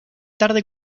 tarde